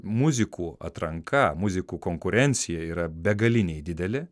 muzikų atranka muzikų konkurencija yra begaliniai didelė